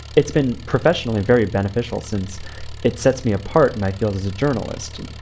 it's been professionally very beneficial since it sets me apart in my field as a journalist.